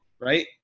right